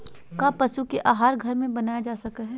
क्या पशु का आहार घर में बनाया जा सकय हैय?